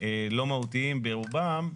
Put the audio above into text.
לא מהותיים ברובם,